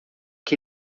que